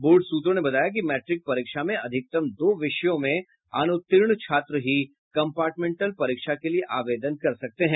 board सूत्रों ने बताया कि मैट्रिक परीक्षा में अधिकतम दो विषयों में अनुत्तीर्ण छात्र ही कम्पार्टमेंटल परीक्षा के लिए आवेदन कर सकते हैं